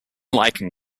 lichen